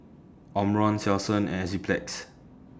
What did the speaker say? Omron Selsun and Enzyplex